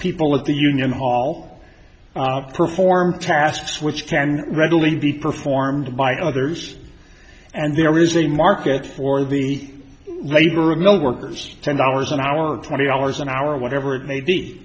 people at the union hall perform tasks which can readily be performed by others and there is a market for the labor of mill workers ten dollars an hour twenty dollars an hour whatever it may be